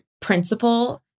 principle